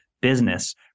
business